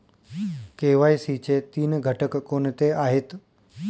KYC चे तीन घटक कोणते आहेत?